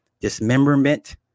dismemberment